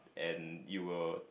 and you will